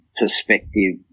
perspective